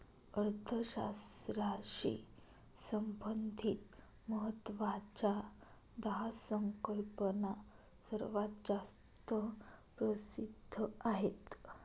अर्थशास्त्राशी संबंधित महत्वाच्या दहा संकल्पना सर्वात जास्त प्रसिद्ध आहेत